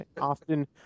often